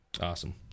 Awesome